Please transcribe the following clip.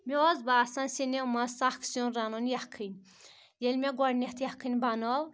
مےٚ اوس باسان سِنٮ۪و منٛز سَخ سِیُن رَنُن یَکھٕنۍ ییٚلہِ مےٚ گۄڈنؠتھ یَکھٕنۍ بنٲو